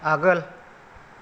आगोल